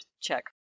check